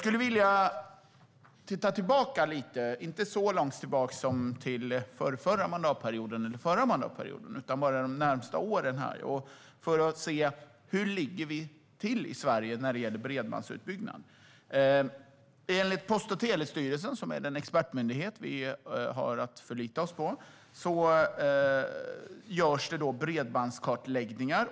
Låt oss titta tillbaka på de senaste åren för att se hur vi ligger till i Sverige när det gäller bredbandsutbyggnad. Post och telestyrelsen, som är den expertmyndighet vi har att förlita oss på, gör bredbandskartläggningar.